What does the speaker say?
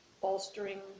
bolstering